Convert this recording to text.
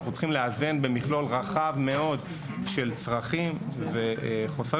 אנחנו צריכים לאזן במכלול רחב מאוד של צרכים וחוסרים,